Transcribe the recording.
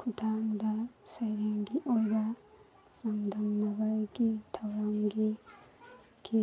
ꯈꯨꯠꯊꯥꯡꯗ ꯁꯩꯔꯦꯡꯒꯤ ꯑꯣꯏꯕ ꯆꯥꯡꯗꯝꯅꯕꯒꯤ ꯊꯧꯔꯝꯒꯤ ꯀꯤ